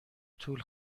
طول